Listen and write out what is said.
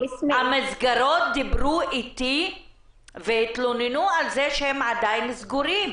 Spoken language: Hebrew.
המסגרות דיברו איתי והתלוננו על זה שהם עדיין סגורים.